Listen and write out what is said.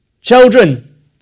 Children